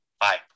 Bye